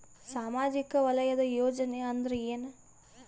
ಸಾಮಾಜಿಕ ವಲಯದ ಯೋಜನೆ ಅಂದ್ರ ಏನ?